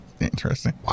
interesting